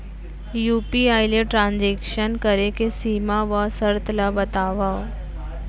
UPI ले transaction करे के सीमा व शर्त ला बतावव?